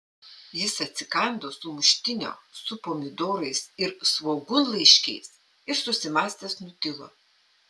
jis atsikando sumuštinio su pomidorais ir svogūnlaiškiais ir susimąstęs nutilo